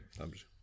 dobrze